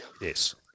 Yes